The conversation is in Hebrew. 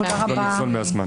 תודה רבה.